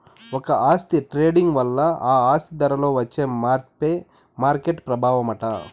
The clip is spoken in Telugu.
ఒక ఆస్తి ట్రేడింగ్ వల్ల ఆ ఆస్తి ధరలో వచ్చే మార్పే మార్కెట్ ప్రభావమట